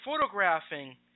photographing